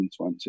2020